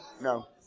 No